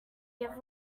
give